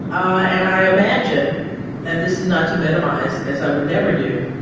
ah and i imagine and this is not to minimize, as i would never do,